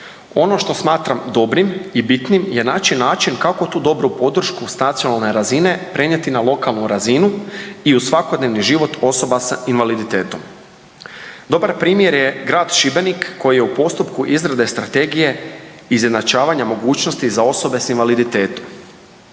Ono što smatram dobrim i bitnim je naći način kako tu dobru podršku s nacionalne razine prenijeti na lokalnu razinu i u svakodnevni život osoba s invaliditetom. Dobar primjer je grad Šibenik koji je u postupku izrade strategije izjednačavanja mogućnosti za osobe s invaliditetom.